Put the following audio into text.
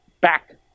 back